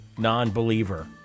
non-believer